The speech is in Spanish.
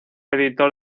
editor